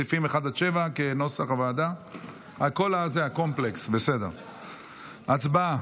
סעיפים 1 עד 7. הצבעה.